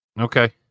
Okay